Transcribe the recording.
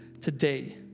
Today